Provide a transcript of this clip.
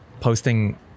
posting